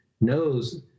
knows